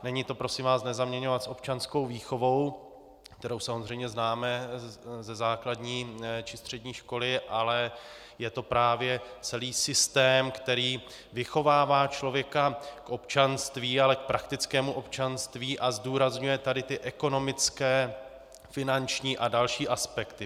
Není to pro prosím vás, nezaměňovat s občanskou výchovou, kterou samozřejmě známe ze základní či střední školy, ale je to celý systém, který vychovává člověka k občanství, ale k praktickému občanství, a zdůrazňuje tady ty ekonomické, finanční a další aspekty.